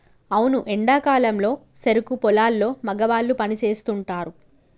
అవును ఎండా కాలంలో సెరుకు పొలాల్లో మగవాళ్ళు పని సేస్తుంటారు